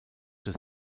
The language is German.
zur